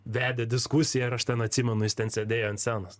vedė diskusiją ar aš ten atsimenu jis ten sėdėjo ant scenos